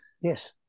Yes